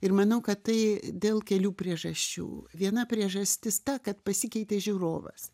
ir manau kad tai dėl kelių priežasčių viena priežastis ta kad pasikeitė žiūrovas